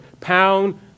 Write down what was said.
pound